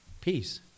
Peace